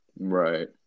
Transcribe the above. Right